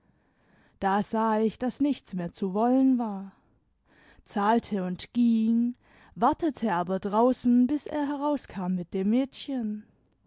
da sah ich daß nichts mehr zu wollen war zahlte und ging wartete aber draußen bis er herauskam mit dem mädchen